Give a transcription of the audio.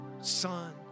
Son